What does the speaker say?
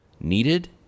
needed